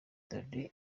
dore